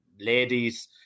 ladies